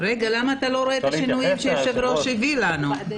למה אתה לא רואה את השינויים שהיושב-ראש הביא לנו?